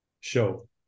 show